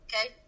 Okay